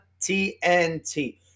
TNT